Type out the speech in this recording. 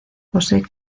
posee